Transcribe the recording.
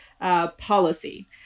policy